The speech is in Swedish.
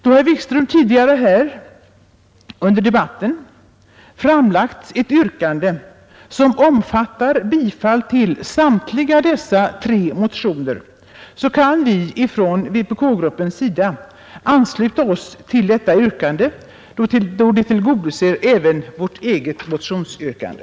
Då herr Wikström tidigare under debatten framfört ett yrkande som omfattar bifall till samtliga dessa tre motioner kan vi från vpk-gruppens sida ansluta oss till detta yrkande, då det tillgodoser även vårt eget motionsyrkande.